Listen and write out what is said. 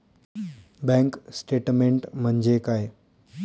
Bank statement म्हणजे काय?